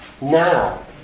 now